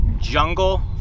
jungle